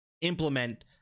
implement